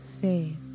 faith